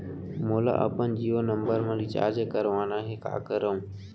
मोला अपन जियो नंबर म रिचार्ज करवाना हे, का करव?